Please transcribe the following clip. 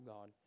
God